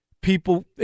people